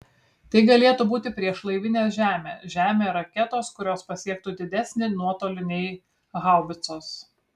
tai galėtų būti priešlaivinės žemė žemė raketos kurios pasiektų didesnį nuotolį nei haubicos